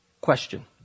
question